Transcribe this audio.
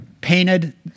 painted